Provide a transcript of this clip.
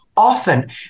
Often